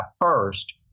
first